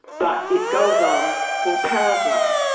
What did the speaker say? but it goes on for paragraphs.